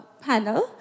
panel